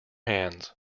hands